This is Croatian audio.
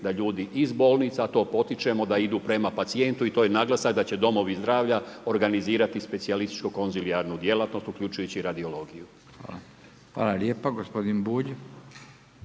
da ljudi iz bolnica to potičemo da idu prema pacijentu i to je naglasak da će domovi zdravlja organizirati specijalističku konzilijarnu djelatnost uključujući i radiologiju. **Radin, Furio